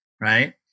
right